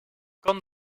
kan